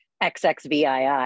XXVII